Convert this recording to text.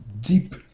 deep